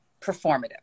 performative